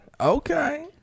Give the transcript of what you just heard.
Okay